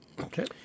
Okay